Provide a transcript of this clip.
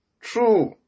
True